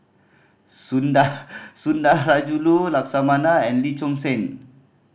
Sunda Sundarajulu Lakshmana and Lee Choon Seng